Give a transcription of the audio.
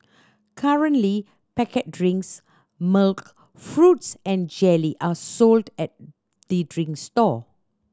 currently packet drinks milk fruits and jelly are sold at the drinks stall